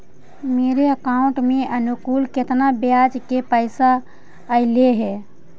मेरे अकाउंट में अनुकुल केतना बियाज के पैसा अलैयहे?